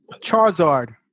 Charizard